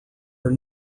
are